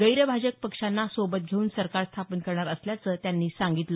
गैरभाजप पक्षांना सोबत घेऊन सरकार स्थापन करणार असल्याचं त्यांनी सांगितलं